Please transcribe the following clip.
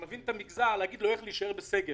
שמבין את המגזר, להגיד לו איך להישאר בסגר.